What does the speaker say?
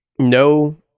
no